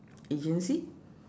agency